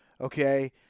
okay